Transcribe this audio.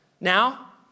Now